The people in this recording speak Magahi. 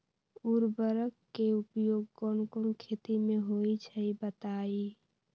उर्वरक के उपयोग कौन कौन खेती मे होई छई बताई?